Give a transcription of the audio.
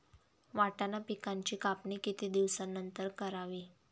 वाटाणा पिकांची कापणी किती दिवसानंतर करावी?